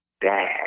dad